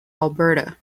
alberta